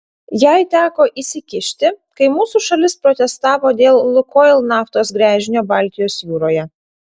jai teko įsikišti kai mūsų šalis protestavo dėl lukoil naftos gręžinio baltijos jūroje